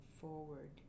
forward